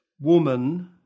Woman